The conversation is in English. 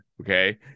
Okay